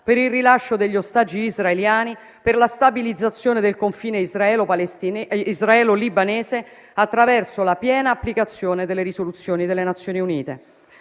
per il rilascio degli ostaggi israeliani e per la stabilizzazione del confine israelo-libanese attraverso la piena applicazione delle risoluzioni delle Nazioni Unite.